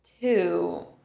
two